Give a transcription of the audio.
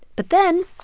but then,